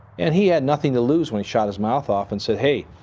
and he had nothing to lose when he shot his mouth off and said, hey,